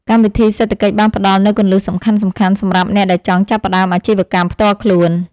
កម្មវិធីសេដ្ឋកិច្ចបានផ្តល់នូវគន្លឹះសំខាន់ៗសម្រាប់អ្នកដែលចង់ចាប់ផ្តើមអាជីវកម្មផ្ទាល់ខ្លួន។